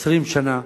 20 שנה,